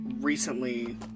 recently